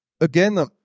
again